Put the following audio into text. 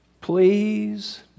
please